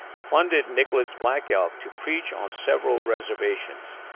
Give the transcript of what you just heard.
funded nicholas black elk to preach on several reservations.